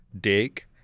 dig